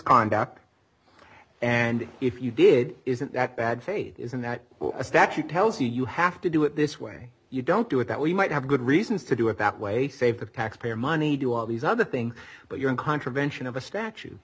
conduct and if you did isn't that bad faith isn't that a statute tells you you have to do it this way you don't do it that way you might have good reasons to do it that way save the taxpayer money do all these other thing but you're in contravention of a statute